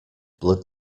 blood